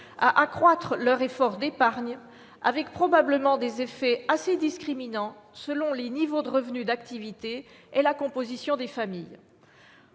à accroître leur effort d'épargne, avec probablement des effets assez discriminants selon les niveaux de revenu d'activité et la composition des familles.